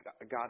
God